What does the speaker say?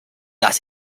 das